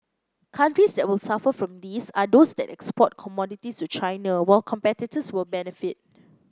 countries that will suffer from this are those that export commodities to China while competitors will benefit